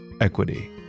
equity